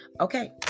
Okay